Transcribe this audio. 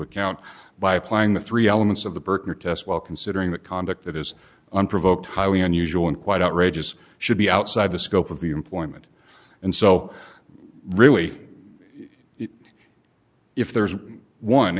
account by applying the three elements of the berkner test well considering that conduct that is unprovoked highly unusual and quite outrageous should be outside the scope of the employment and so really if there's one